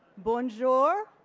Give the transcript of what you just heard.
born jew or